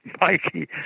Mikey